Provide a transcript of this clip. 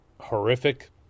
horrific